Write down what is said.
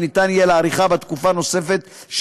ויהיה אפשר להאריכה בתקופות נוספות,